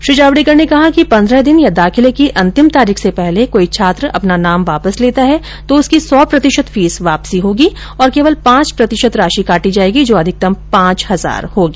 श्री जावडेकर ने कहा कि पन्द्रह दिन या दाखिले की अंतिम तारीख से पहले कोई छात्र अपना नाम वापस लेता है तो उसकी सौ प्रतिशत फीस वापसी होगी और केवल पांच प्रतिशत राशि काटी जायेगी जो अधिकतम पांच हजार होगी